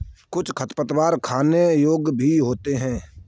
कुछ खरपतवार खाने योग्य भी होते हैं